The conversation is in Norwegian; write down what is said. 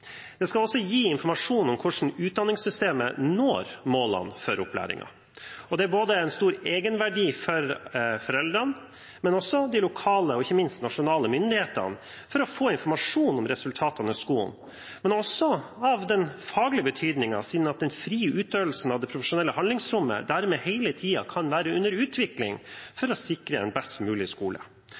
Det skal også gi informasjon om hvordan utdanningssystemet når målene for opplæringen. Det har en stor egenverdi, både for foreldrene og for de lokale og ikke minst nasjonale myndighetene, som får informasjon om resultatene i skolen, men også om det som er av faglig betydning, siden den frie utøvelsen av det profesjonelle handlingsrommet dermed hele tiden kan være under utvikling for å sikre en best mulig skole.